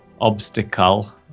obstacle